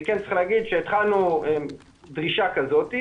אני כן צריך להגיד שהתחלנו עם דרישה כזאת,